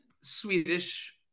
Swedish